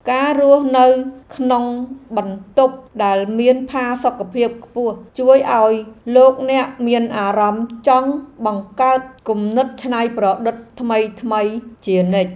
ការរស់នៅក្នុងបន្ទប់ដែលមានផាសុកភាពខ្ពស់ជួយឱ្យលោកអ្នកមានអារម្មណ៍ចង់បង្កើតគំនិតច្នៃប្រឌិតថ្មីៗជានិច្ច។